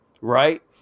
Right